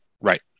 Right